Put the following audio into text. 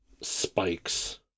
spikes